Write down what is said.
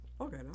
okay